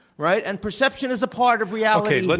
right? and perception is a part of reality. like